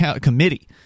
committee